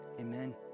amen